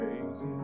crazy